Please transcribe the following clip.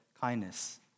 kindness